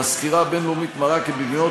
והסקירה הבין-לאומית מראה כי במדינות